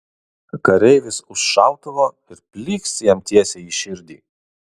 kareivis už šautuvo ir plykst jam tiesiai į širdį